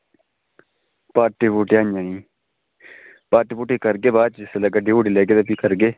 party पूर्टी हैनी party पूर्टी करगे बाद च जिसलै गड्डी गुड्डी लैगे ते फ्ही करगे